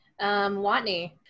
Watney